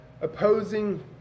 opposing